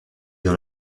dans